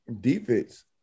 defense